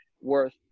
worth